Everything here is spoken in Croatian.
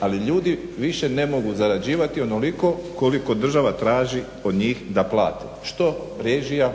Ali ljudi više ne mogu zarađivati onoliko koliko država traži od njih da plate što režija,